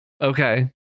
Okay